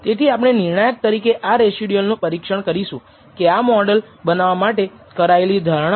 તેથી આપણે નિર્ણાયક તરીકે આ રેસીડ્યુઅલનું પરીક્ષણ કરીશું કે આ મોડલ બનાવવા માટે કરાયેલી ધારણાઓ સ્વીકારવા લાયક છે કે નહિ